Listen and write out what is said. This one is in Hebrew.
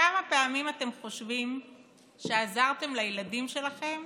כמה פעמים אתם חושבים שעזרתם לילדים שלכם